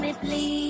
Please